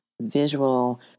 visual